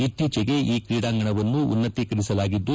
ಇತ್ತೀಚಿಗೆ ಈ ಕ್ರೀಡಾಂಗಣವನ್ನು ಉನ್ನತೀಕರಿಸಲಾಗಿದ್ದು